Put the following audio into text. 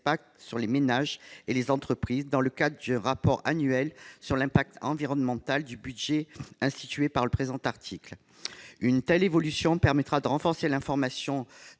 sur les ménages et les entreprises, dans le cadre du rapport annuel sur l'impact environnemental du budget institué par le présent article. Une telle évaluation permettra de renforcer l'information